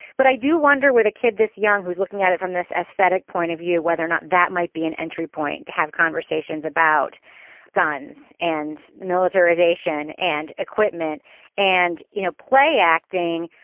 but i do wonder where the kid, this young who's looking at it from this aesthetic point of view, whether or not that might be an entry point to have conversations about guns and militarization and equipment and, you know, play acting.